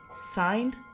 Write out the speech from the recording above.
Signed